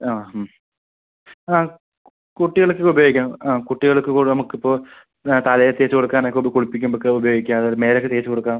ആ ആ കുട്ടികൾക്ക് ഉപയോഗിക്കാം ആ കുട്ടികൾക്ക് ഓ നമുക്ക് ഇപ്പോൾ ആ തലയില് തേച്ച് കൊടുക്കാൻ ഒക്കെ ഇപ്പം കുളിപ്പിക്കുമ്പം ഒക്കെ ഉപയോഗിക്കാം അത് മേല് ഒക്കെ തേച്ച് കൊടുക്കാം